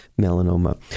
melanoma